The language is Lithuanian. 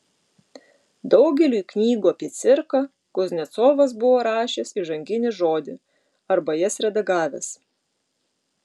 daugeliui knygų apie cirką kuznecovas buvo rašęs įžanginį žodį arba jas redagavęs